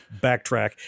backtrack